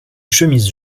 chemise